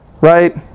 right